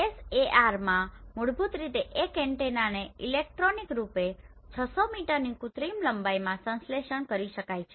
SAR માં મૂળભૂત રીતે 1 મીટર એન્ટેનાને ઇલેક્ટ્રોનિક રૂપે 600 મીટરની કૃત્રિમ લંબાઈમાં સંશ્લેષણ કરી શકાય છે